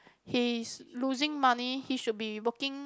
he is losing money he should be working